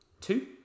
Two